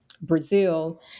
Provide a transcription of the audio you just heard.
Brazil